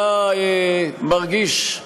היה מרגיש,